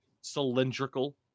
cylindrical